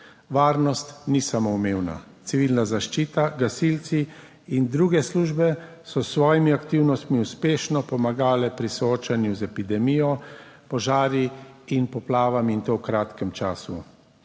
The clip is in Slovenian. Varnost ni samoumevna. Civilna zaščita, gasilci in druge službe so s svojimi aktivnostmi uspešno pomagale pri soočanju z epidemijo, požari in poplavami, in to v kratkem času.